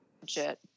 legit